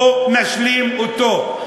בואו נשלים אותו.